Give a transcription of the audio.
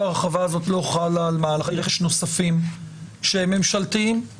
ההרחבה הזאת לא חלה על מהלכי רכש נוספים שהם ממשלתיים?